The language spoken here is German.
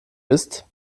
ist